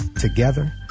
Together